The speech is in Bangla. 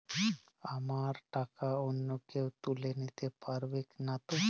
আমার টাকা অন্য কেউ তুলে নিতে পারবে নাতো?